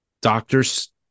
doctors